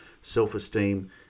self-esteem